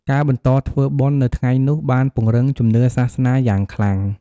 ការបន្តធ្វើបុណ្យនៅថ្ងៃនោះបានពង្រឹងជំនឿសាសនាយ៉ាងខ្លាំង។